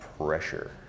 pressure